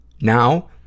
Now